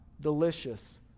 delicious